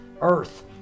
earth